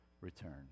return